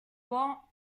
paon